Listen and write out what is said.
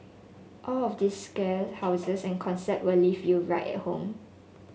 all of these scare houses and concept will leave you right at home